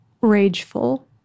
rageful